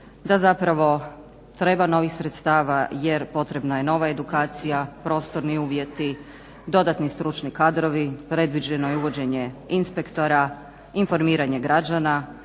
da zapravo treba novih sredstava jer potrebna je nova edukacija, prostorni uvjeti, dodatni stručni kadrovi, predviđeno je uvođenje inspektora, informiranje građana